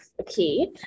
Okay